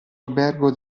albergo